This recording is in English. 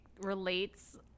relates